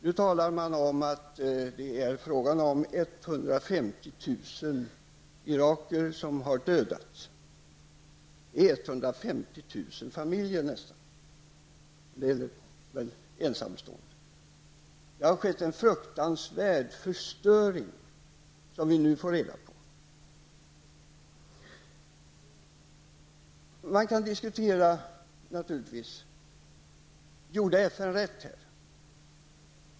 Man talar nu om att 150 000 irakier har dödats. Det drabbar nästan 150 000 familjer. Det har skett en fruktansvärd förstöring som vi nu får reda på. Man kan naturligtvis diskutera om FN gjorde rätt.